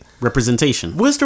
Representation